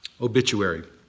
Obituary